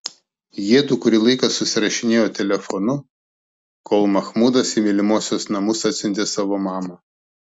jiedu kurį laiką susirašinėjo telefonu kol mahmudas į mylimosios namus atsiuntė savo mamą